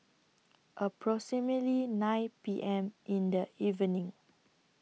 approximately nine P M in The evening